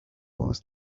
was